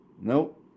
Nope